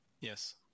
Yes